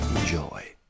Enjoy